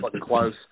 close